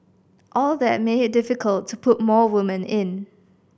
all that made it difficult to put more women in